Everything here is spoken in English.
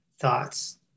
thoughts